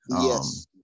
Yes